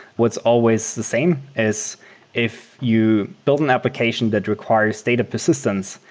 what's always the same is if you build an application that requires data persistence,